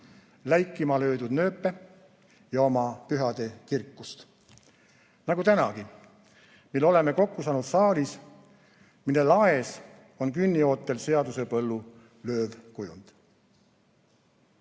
läikima löödud nööpe ja oma pühade kirkust. Nagu tänagi, mil oleme kokku saanud saalis, mille laes on künniootel seadusepõllu lööv kujund.